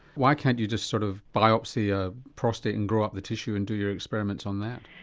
why can't you just sort of biopsy a prostate and grow up the tissue and do your experiments on that?